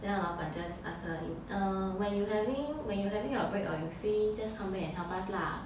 then 她的老板 just ask her err when you having when you having your break or when you free just come back and help us lah